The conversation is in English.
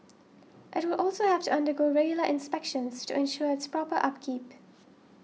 it will also have to undergo regular inspections to ensure its proper upkeep